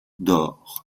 d’or